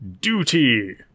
Duty